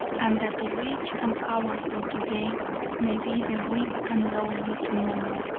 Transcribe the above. and that the rich and powerful today may be the weak and lowly tomorrow,